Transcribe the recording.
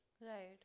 Right